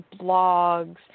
blogs